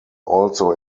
also